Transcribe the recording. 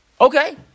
okay